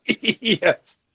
Yes